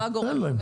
אין להם.